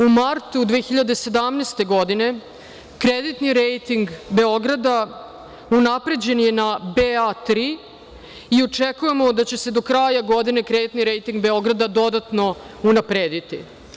U martu 2017. godine kreditni rejting Beograda unapređen je na BA-3 i očekujemo da će se do kraja godine kreditni rejting Beograda dodatno unaprediti.